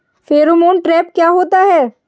Pheromone trap क्या होता है?